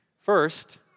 First